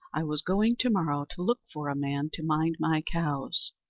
i was going to-morrow to look for a man to mind my cows.